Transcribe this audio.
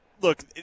Look